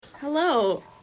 Hello